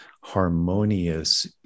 harmonious